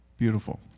beautiful